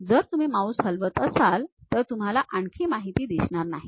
जर तुम्ही माउस हलवत असाल तर तुम्हाला आणखी माहिती दिसणार नाही